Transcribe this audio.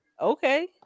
okay